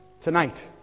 tonight